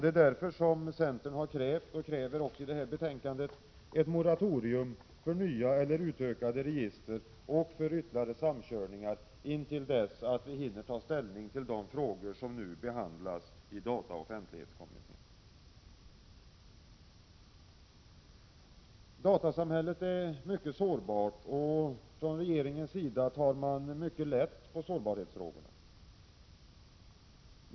Det är därför som centern har krävt och i det här betänkandet kräver ett moratorium för nya eller utökade register och för ytterligare samkörningar intill dess att vi hinner ta ställning till de frågor som nu behandlas i dataoch offentlighetskommittén. Datasamhället är mycket sårbart, och från regeringens sida tar man mycket lätt på sårbarhetsfrågorna.